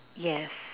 yes